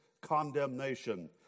condemnation